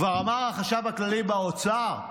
כבר אמר החשב הכללי באוצר: